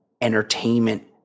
entertainment